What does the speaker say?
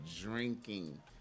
drinking